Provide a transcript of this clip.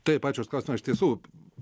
taip ačiū už klausimą iš tiesų